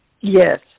Yes